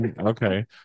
Okay